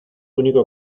único